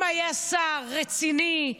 אם היה שר רציני,